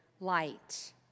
light